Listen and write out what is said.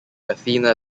athena